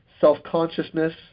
self-consciousness